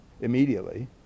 immediately